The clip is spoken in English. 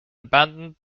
abandoned